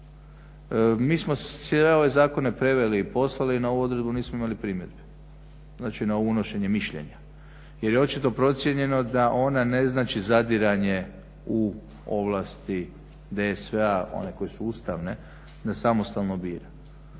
Mi smo sve ove zakone preveli i poslali, na ovu odredbu nismo imali primjedbe, znači na ovo unošenje mišljenja jer je očito procijenjeno da ona ne znači zadiranje u ovlasti DSV-a, one koje su ustavne, da samostalno bira.